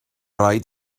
rhaid